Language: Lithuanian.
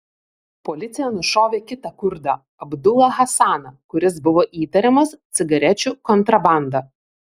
policija nušovė kitą kurdą abdulą hasaną kuris buvo įtariamas cigarečių kontrabanda